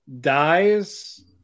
dies